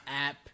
app